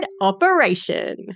operation